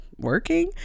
Working